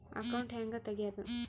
Account ಹ್ಯಾಂಗ ತೆಗ್ಯಾದು?